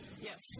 yes